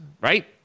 right